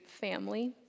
family